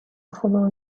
follow